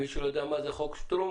מי שלא יודע מה זה חוק שטרום,